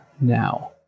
now